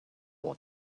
what